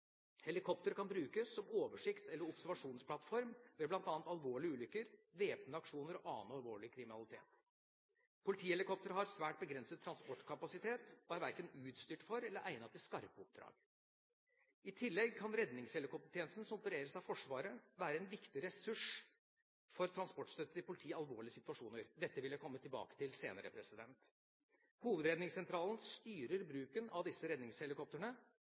kan brukes som oversikts- eller observasjonsplattform ved bl.a. alvorlige ulykker, væpnede aksjoner og annen alvorlig kriminalitet. Politihelikopteret har svært begrenset transportkapasitet og er verken utstyrt for eller egnet til skarpe oppdrag. I tillegg kan redningshelikoptertjenesten, som opereres av Forsvaret, være en viktig ressurs for transportstøtte til politiet i alvorlige situasjoner. Dette vil jeg komme tilbake til senere. Hovedredningssentralene styrer bruken av disse redningshelikoptrene.